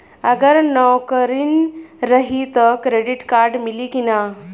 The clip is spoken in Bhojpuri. अगर नौकरीन रही त क्रेडिट कार्ड मिली कि ना?